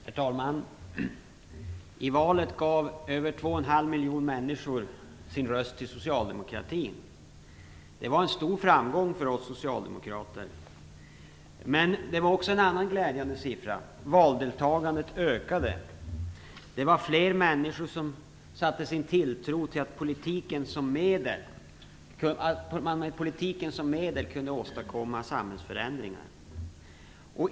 Herr talman! I valet gav över 2,5 miljoner människor socialdemokratin sin röst. Det var en stor framgång för oss socialdemokrater. Men det fanns också en annan glädjande siffra. Valdeltagandet ökade nämligen. Fler människor satte sin tilltro till att man med politiken som medel kan åstadkomma samhällsförändringar.